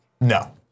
No